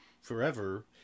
forever